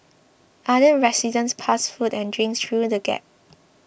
other residents passed food and drinks through the gap